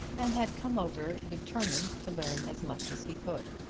and had come over determined to learn as much as he could.